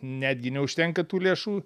netgi neužtenka tų lėšų